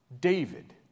David